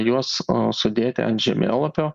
juos sudėti ant žemėlapio